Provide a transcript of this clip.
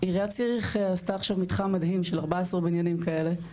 ועיריית ציריך עשתה עכשיו מתחם מדהים של 14 בנינים כאלה,